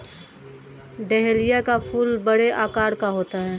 dahlia का फूल बड़े आकार का होता है